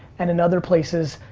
and in other places,